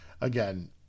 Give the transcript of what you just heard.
again